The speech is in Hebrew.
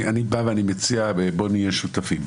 אני בא ומציע: בוא נהיה שותפים.